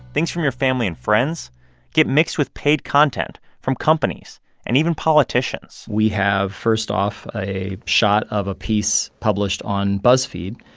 things from your family and friends get mixed with paid content from companies and even politicians we have, first off, a shot of a piece published on buzzfeed.